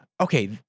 okay